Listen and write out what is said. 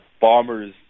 Bombers